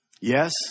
Yes